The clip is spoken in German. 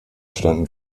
standen